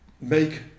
make